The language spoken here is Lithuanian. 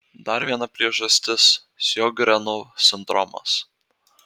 dar viena priežastis sjogreno sindromas